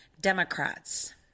Democrats